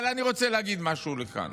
אבל אני רוצה להגיד משהו לכאן.